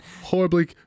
Horribly